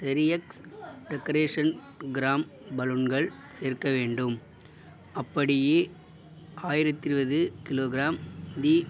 செரிஷ்எக்ஸ் decoration கிராம் பலூன்கள் சேர்க்க வேண்டும் அப்படியே ஆயிரத்தி இருவது கிலோ கிராம் தி